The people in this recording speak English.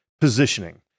positioning